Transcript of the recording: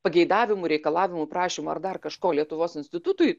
pageidavimų reikalavimų prašymų ar dar kažko lietuvos institutui